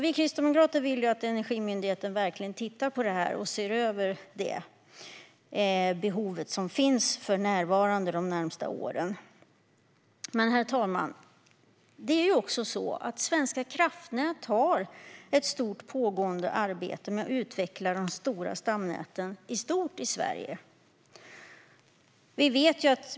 Vi kristdemokrater vill att Energimyndigheten verkligen ser över det behov som finns för närvarande och de närmaste åren. Det är också så, herr talman, att Svenska kraftnät har ett stort pågående arbete med att utveckla de stora stamnäten i stort i Sverige.